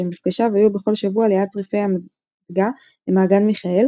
שמפגשיו היו בכל שבוע ליד צריפי המדגה במעגן מיכאל,